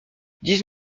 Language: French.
dix